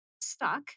stuck